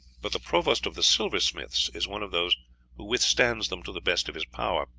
but the provost of the silversmiths is one of those who withstands them to the best of his power,